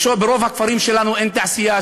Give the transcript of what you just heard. ברוב הכפרים שלנו אין תעשייה.